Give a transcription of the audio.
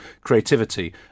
creativity